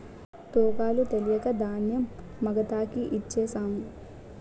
తూకాలు తెలక ధాన్యం మగతాకి ఇచ్ఛేససము